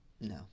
No